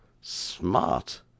Smart